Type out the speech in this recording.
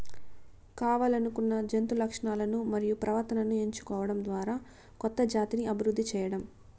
కావల్లనుకున్న జంతు లక్షణాలను మరియు ప్రవర్తనను ఎంచుకోవడం ద్వారా కొత్త జాతిని అభివృద్ది చేయడం